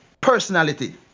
personality